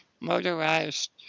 motorized